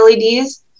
LEDs